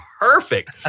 perfect